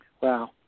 Wow